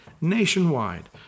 Nationwide